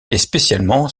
spécialement